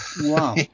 Wow